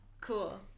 Cool